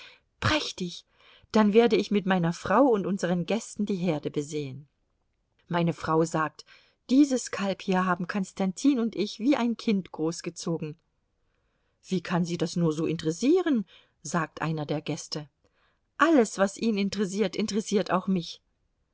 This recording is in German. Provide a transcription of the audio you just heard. prächtig dann werde ich mit meiner frau und unseren gästen die herde besehen meine frau sagt dieses kalb hier haben konstantin und ich wie ein kind großgezogen wie kann sie das nur so interessieren sagt einer der gäste alles was ihn interessiert interessiert auch mich